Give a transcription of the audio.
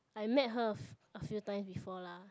I met her a few times before lah